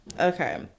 okay